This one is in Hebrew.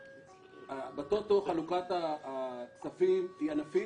בטוטו חלוקת הכספים היא ענפית,